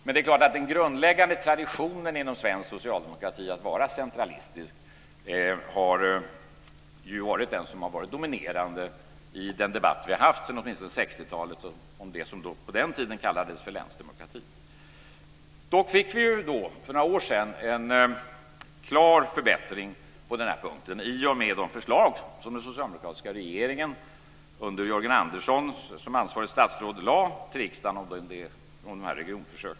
Men den grundläggande traditionen inom svensk socialdemokrati att vara centralistisk har varit dominerande i den debatt som vi har haft sedan åtminstone 60-talet om det som på den tiden kallades för länsdemokrati. Dock fick vi för några år sedan en klar förbättring på denna punkt i och med de förslag som den socialdemokratiska regeringen, under det ansvariga statsrådet Jörgen Andersson, lade fram till riksdagen om dessa regionförsök.